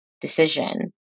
decision